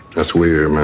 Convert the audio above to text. that's where